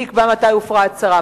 מי יקבע מתי הופרה ההצהרה?